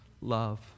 love